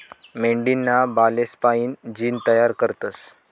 मेंढीना बालेस्पाईन जीन तयार करतस